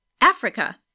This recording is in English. Africa